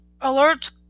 Alerts